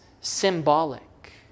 symbolic